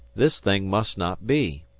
this thing must not be.